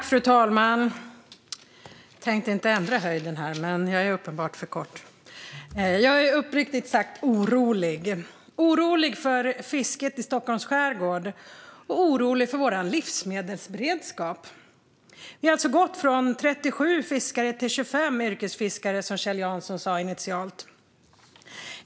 Fru talman! Jag är uppriktigt sagt orolig för fisket i Stockholms skärgård och för vår livsmedelsberedskap. Vi har alltså gått från 37 till 25 yrkesfiskare, som Kjell Jansson sa initialt.